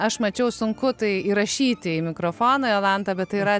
aš mačiau sunku tai įrašyti į mikrofoną jolanta bet tai yra